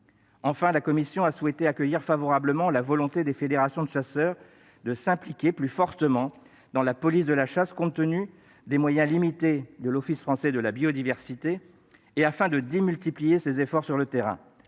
Enfin, la commission a souhaité accueillir favorablement la volonté des fédérations de chasseurs de s'impliquer plus fortement dans la police de la chasse, compte tenu des moyens limités de l'Office français de la biodiversité et afin de démultiplier ses efforts sur le terrain.